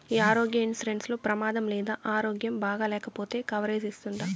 ఈ ఆరోగ్య ఇన్సూరెన్సు లో ప్రమాదం లేదా ఆరోగ్యం బాగాలేకపొతే కవరేజ్ ఇస్తుందా?